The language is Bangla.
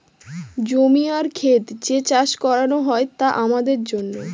জমি আর খেত যে চাষ করানো হয় তা আমাদের জন্য